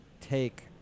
take